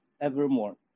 evermore